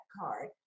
CARD